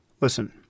Listen